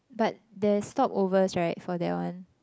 but there's stopovers right for that one